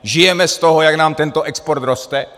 Žijeme z toho, jak nám tento export roste?